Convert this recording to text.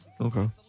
Okay